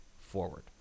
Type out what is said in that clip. forward